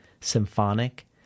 symphonic